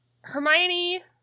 Hermione